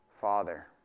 Father